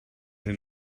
hyn